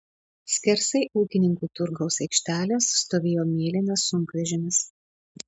skersai ūkininkų turgaus aikštelės stovėjo mėlynas sunkvežimis